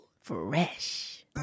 Fresh